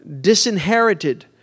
disinherited